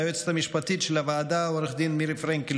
ליועצת המשפטית של הוועדה עו"ד מירי פרנקל